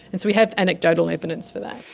and so we have anecdotal evidence for that.